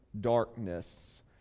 darkness